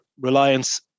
reliance